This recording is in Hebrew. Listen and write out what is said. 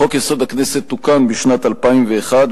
חוק-יסוד: הכנסת תוקן בשנת 2001,